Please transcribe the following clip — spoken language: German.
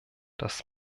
das